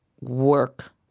work